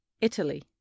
Italy